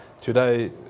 today